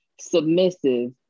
submissive